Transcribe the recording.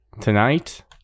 tonight